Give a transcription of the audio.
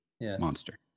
Monster